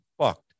fucked